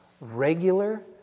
regular